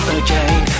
again